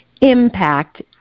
impact